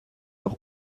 auch